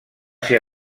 ser